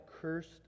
cursed